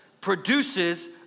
produces